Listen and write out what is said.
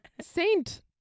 Saint